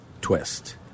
twist